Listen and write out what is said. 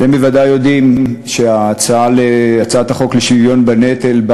אתם בוודאי יודעים שהצעת החוק לשוויון בנטל,